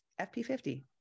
FP50